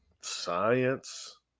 science